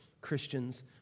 Christians